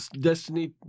Destiny